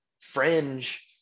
fringe